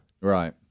right